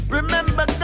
Remember